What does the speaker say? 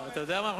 יודע מה?